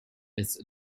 its